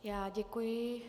Já děkuji.